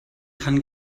kann